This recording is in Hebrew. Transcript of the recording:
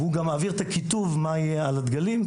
והוא גם מעביר את הכיתוב מה יהיה על הדגלים,